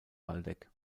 waldeck